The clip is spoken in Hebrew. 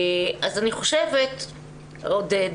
אני חושבת עודד,